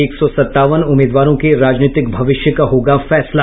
एक सौ सत्तावन उम्मीदवारों के राजनीतिक भविष्य का होगा फैसला